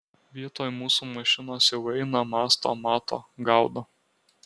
vietoj mūsų mašinos jau eina mąsto mato gaudo